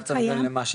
11 מיליון למה?